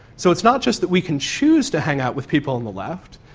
so it's not just that we can choose to hang out with people on the left,